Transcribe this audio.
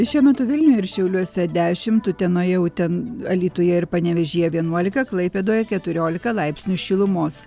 šiuo metu vilniuj ir šiauliuose dešimt utena jau ten alytuje ir panevėžyje vienuolika klaipėdoj keturiolika laipsnių šilumos